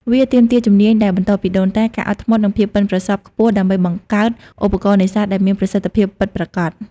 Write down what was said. វាទាមទារនូវជំនាញដែលបន្តពីដូនតា ការអត់ធ្មត់ និងភាពប៉ិនប្រសប់ខ្ពស់ដើម្បីបង្កើតឧបករណ៍នេសាទដែលមានប្រសិទ្ធភាពពិតប្រាកដ។